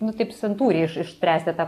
nu taip santūriai išspręsti tą